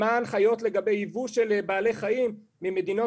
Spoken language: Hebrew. מה ההנחיות לגבי ייבוא של בעלי חיים ממדינות